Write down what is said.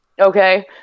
okay